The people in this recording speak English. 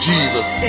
Jesus